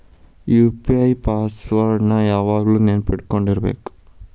UPI password ನ ಯಾವಾಗ್ಲು ನೆನ್ಪಿಟ್ಕೊಂಡಿರ್ಬೇಕು